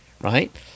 right